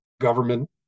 government